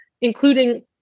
including